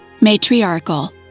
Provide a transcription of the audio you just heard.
Matriarchal